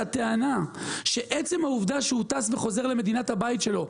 הטענה שעצם העובדה שהוא טס וחוזר למדינת הבית שלו,